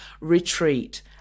retreat